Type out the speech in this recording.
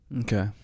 Okay